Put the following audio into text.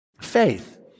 Faith